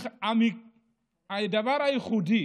הדבר הייחודי